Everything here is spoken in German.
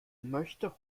möchte